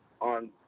on